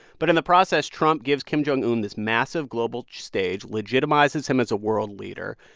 but, in the process, trump gives kim jong un this massive global stage, legitimizes him as a world leader.